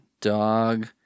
dog